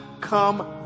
come